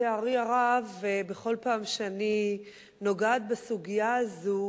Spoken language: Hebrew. לצערי הרב, בכל פעם שאני נוגעת בסוגיה הזו